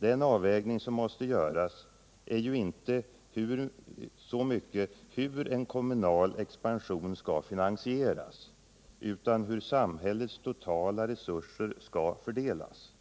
Den avvägning som måste göras gäller ju inte så mycket hur en kommunal expansion skall finansieras utan hur samhällets totala resurser skall fördelas.